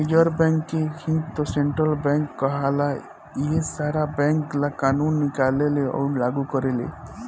reserve Bank के ही त सेन्ट्रल बैंक कहाला इहे सारा बैंक ला कानून निकालेले अउर लागू करेले